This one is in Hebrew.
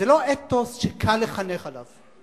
זה לא אתוס שקל לחנך עליו.